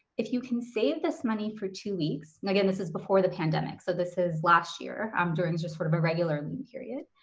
if you can save this money for two weeks, and again, this is before the pandemic. so this is last year, um during just sort of a regular lean period.